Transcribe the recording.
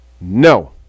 No